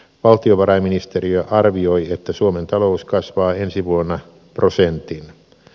valtiovarainministeriö arvioi että suomen talous kasvaa ensi vuonna prosentin